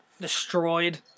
destroyed